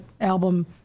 album